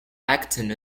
acting